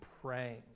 praying